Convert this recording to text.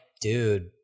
dude